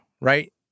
right